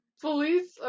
Police